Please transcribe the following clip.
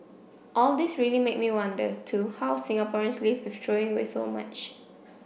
all this really made me wonder too how Singaporeans live with throwing away so much